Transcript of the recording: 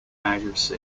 age